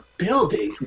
building